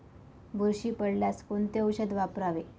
बुरशी पडल्यास कोणते औषध वापरावे?